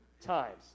times